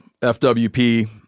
FWP